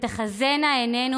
"ותחזינה עינינו